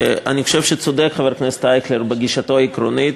שאני חושב שצודק חבר הכנסת אייכלר בגישתו העקרונית.